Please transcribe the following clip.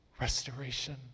restoration